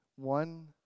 one